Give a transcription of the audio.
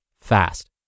fast